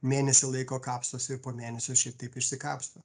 mėnesį laiko kapstosi ir po mėnesio šiaip taip išsikapsto